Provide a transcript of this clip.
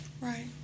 Right